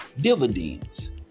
dividends